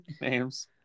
names